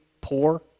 poor